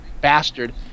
bastard